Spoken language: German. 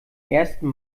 ersten